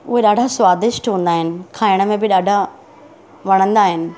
उहे ॾाढा स्वादिष्ट हूंदा आहिनि खाइण में बि ॾाढा वणंदा आहिनि